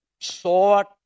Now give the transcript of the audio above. sword